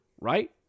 right